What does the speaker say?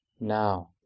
now